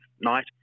night